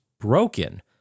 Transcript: broken